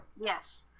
Yes